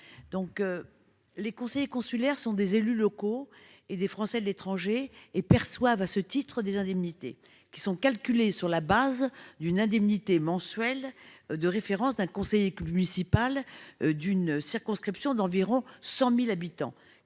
... Les conseillers consulaires sont des élus locaux et des Français de l'étranger. Ils perçoivent à ce titre une indemnité, qui est calculée sur la base de l'indemnité mensuelle de référence d'un conseiller municipal d'une circonscription d'environ 100 000 habitants,